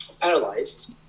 paralyzed